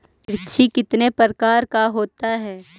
मिर्ची कितने प्रकार का होता है?